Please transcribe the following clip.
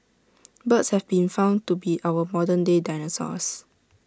birds have been found to be our modern day dinosaurs